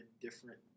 different